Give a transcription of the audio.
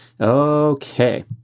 Okay